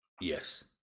Yes